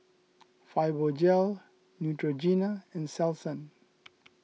Fibogel Neutrogena and Selsun